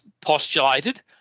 postulated